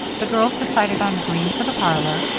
the girls decided on green for the parlor,